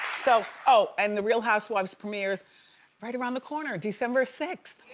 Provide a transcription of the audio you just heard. so, oh, and the real housewives premiers right around the corner, december sixth.